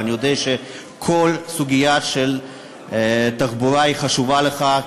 ואני יודע שכל סוגיה של תחבורה חשובה לך,